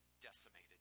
decimated